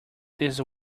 this